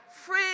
free